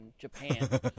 Japan